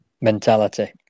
mentality